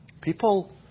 People